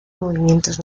movimientos